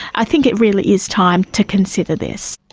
i think it really is time to consider this.